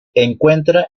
encuentra